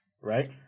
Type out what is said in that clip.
Right